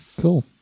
cool